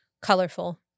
colorful